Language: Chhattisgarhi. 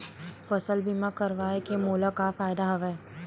फसल बीमा करवाय के मोला का फ़ायदा हवय?